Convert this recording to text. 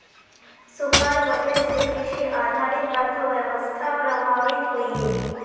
सुखार वजह से कृषि आधारित अर्थ्वैवास्था प्रभावित होइयेह